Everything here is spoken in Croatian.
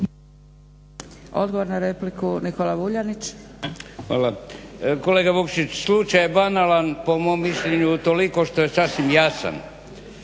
- Stranka rada)** Hvala. Kolega Vukšić, slučaj je banalan po mom mišljenju utoliko što je sasvim jasan.